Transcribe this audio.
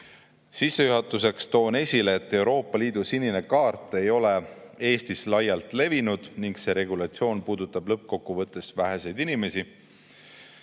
Sissejuhatuseks toon esile, et Euroopa Liidu sinine kaart ei ole Eestis laialt levinud ning see regulatsioon puudutab lõppkokkuvõttes väheseid inimesi.